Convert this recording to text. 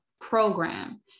program